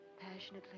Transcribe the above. passionately